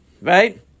right